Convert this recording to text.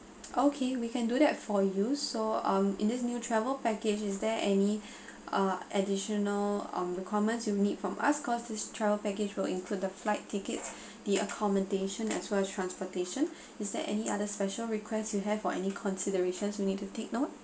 okay we can do that for you so I'm in this new travel package is there any uh additional on the comments you need from us cause this travel package will include the flight tickets the accommodation as well as transportation is there any other special requests you have or any considerations you need to take note